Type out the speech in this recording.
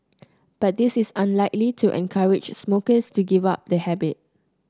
but this is unlikely to encourage smokers to give up the habit